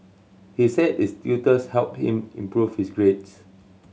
he said his tutors helped him improve his grades